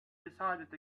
decided